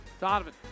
Donovan